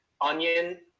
Onion